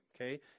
Okay